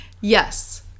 yes